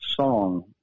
song